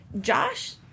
Josh